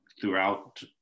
throughout